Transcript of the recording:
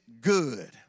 good